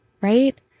Right